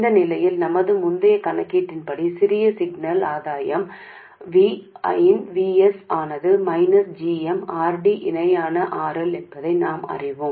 இந்த நிலையில் நமது முந்தைய கணக்கீட்டின்படி சிறிய சிக்னல் ஆதாயம் V இன் V s ஆனது minus g m R D இணையான RL என்பதை நாம் அறிவோம்